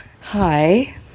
Hi